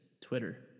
twitter